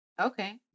Okay